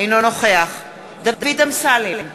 אינו נוכח דוד אמסלם,